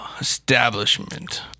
establishment